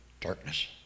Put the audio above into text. darkness